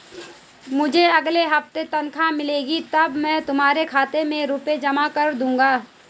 मुझे अगले हफ्ते तनख्वाह मिलेगी तब मैं तुम्हारे खाते में रुपए जमा कर दूंगा